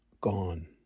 gone